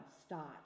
start